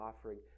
offering